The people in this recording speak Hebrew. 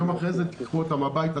יום אחרי זה תיקחו אותם הביתה,